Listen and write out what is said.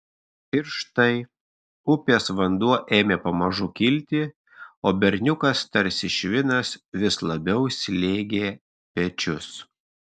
ir štai upės vanduo ėmė pamažu kilti o berniukas tarsi švinas vis labiau slėgė pečius